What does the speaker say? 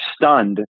stunned